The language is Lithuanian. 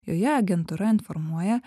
joje agentūra informuoja